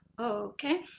Okay